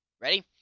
Ready